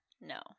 no